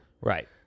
Right